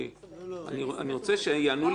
אני רוצה שיענו לכולם.